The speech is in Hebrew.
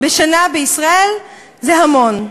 בשנה בישראל זה המון,